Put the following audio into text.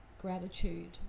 gratitude